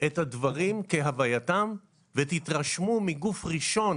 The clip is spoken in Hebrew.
את הדברים כהווייתם, ותתרשמו מגוף ראשון